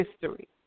history